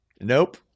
Nope